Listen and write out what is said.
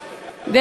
המצאה,